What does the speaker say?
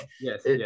Yes